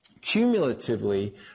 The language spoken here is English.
cumulatively